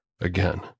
Again